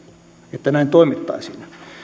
että näin toimittaisiin